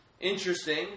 Interesting